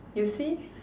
you see